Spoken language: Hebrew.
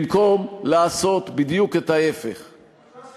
במקום לעשות בדיוק את ההפך,